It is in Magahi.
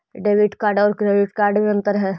डेबिट कार्ड और क्रेडिट कार्ड में अन्तर है?